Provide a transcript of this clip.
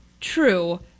true